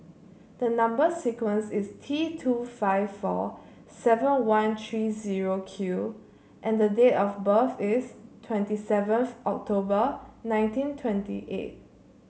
the number sequence is T two five four seven one three zero Q and the date of birth is twenty seventh October nineteen twenty eight